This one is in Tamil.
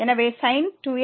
எனவே sin 2x